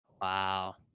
Wow